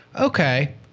okay